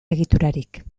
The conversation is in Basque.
egiturarik